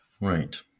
Right